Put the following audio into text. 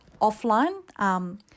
offline